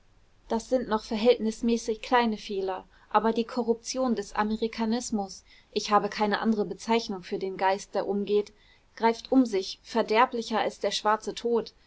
das sind noch verhältnismäßig kleine fehler aber die korruption des amerikanismus ich habe keine andere bezeichnung für den geist der umgeht greift um sich verderblicher als der schwarze tod